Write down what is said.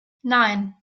nein